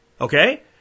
Okay